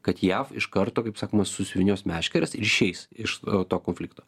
kad jav iš karto kaip sakoma susivynios meškeres ir išeis iš to konflikto